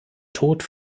tod